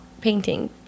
painting